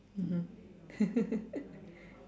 mmhmm